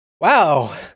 wow